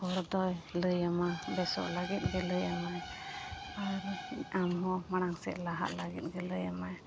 ᱦᱚᱲᱫᱚᱭ ᱞᱟᱹᱭᱟᱢᱟ ᱵᱮᱥᱚᱜ ᱞᱟᱹᱜᱤᱫ ᱜᱮᱭ ᱞᱟᱹᱭᱟᱢᱟ ᱟᱢ ᱦᱚᱸ ᱢᱟᱲᱟᱝ ᱥᱮᱡ ᱞᱟᱜᱦᱟᱜ ᱞᱟᱹᱜᱤᱫ ᱜᱮᱭ ᱞᱟᱹᱭᱟᱢᱟ ᱟᱢ ᱦᱚᱸ ᱢᱟᱲᱟᱜ ᱥᱮᱡ ᱞᱟᱦᱟᱜ ᱞᱟᱹᱜᱤᱫ ᱮ ᱞᱟᱹᱭᱟᱢᱟ